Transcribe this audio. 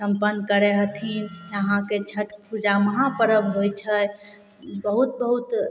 सम्पन्न करए हथिन यहाँके छठि पूजा महापर्ब होइ छै बहुत बहुत